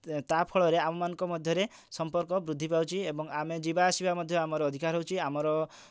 ତା ଫଳ ରେ ଆମମାନଙ୍କ ମଧ୍ୟରେ ସମ୍ପର୍କ ବୃଦ୍ଧି ପାଉଛି ଏବଂ ଆମେ ଯିବା ଆସିବା ମଧ୍ୟ ଆମର ଅଧିକା ରହୁଛି ଆମର